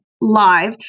live